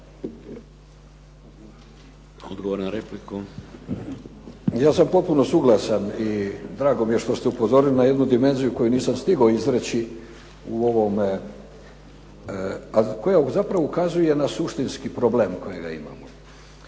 Davorko (SDP)** Ja sam potpuno suglasan i drago mi je što ste upozorili na jednu dimenziju koju nisam stigao izreći u ovome, a koja zapravo ukazuje na suštinski problem kojega imamo.